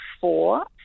four